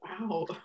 Wow